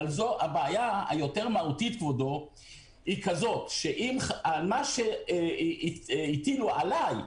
הבעיה היותר מהותית היא שמה שהטילו עליי,